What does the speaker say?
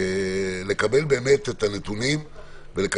לקבל את הנתונים ואת